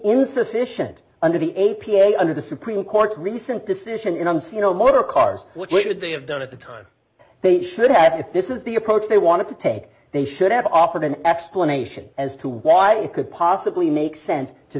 insufficient under the a p a under the supreme court's recent decision on c e o motor cars what would they have done at the time they should have if this is the approach they wanted to take they should have offered an explanation as to why it could possibly make sense to